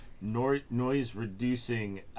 noise-reducing